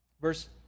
verse